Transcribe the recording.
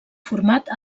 format